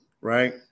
right